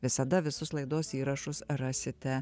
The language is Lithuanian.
visada visus laidos įrašus rasite